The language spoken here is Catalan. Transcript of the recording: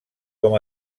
com